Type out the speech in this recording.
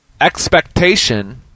expectation